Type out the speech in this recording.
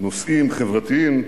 נושאים חברתיים,